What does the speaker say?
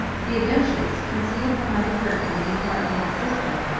theodosius, concealed behind a curtain in the apartment of his sister,